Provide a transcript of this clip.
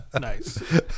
Nice